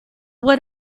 what